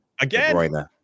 Again